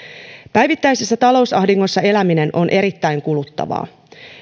päivittäisessä talousahdingossa eläminen on erittäin kuluttavaa